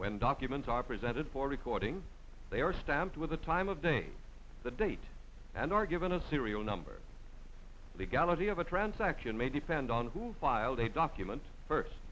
when documents are presented for recording they are stamped with the time of day the date and are given a serial number legality of a transaction may depend on who filed a document first